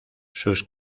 sus